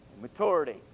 maturity